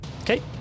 Okay